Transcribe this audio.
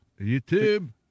YouTube